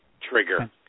trigger